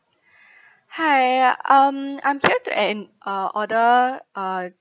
hi um I'm here to and uh order uh